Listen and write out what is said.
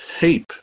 heap